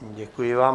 Děkuji vám.